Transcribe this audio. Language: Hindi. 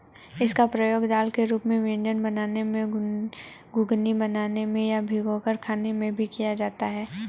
इसका प्रयोग दाल के रूप में व्यंजन बनाने में, घुघनी बनाने में या भिगोकर खाने में भी किया जाता है